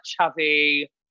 chubby